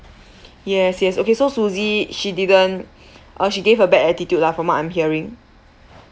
yes yes okay so susie she didn't oh she gave a bad attitude lah from what I'm hearing